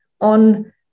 on